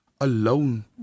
alone